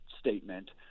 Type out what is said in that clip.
statement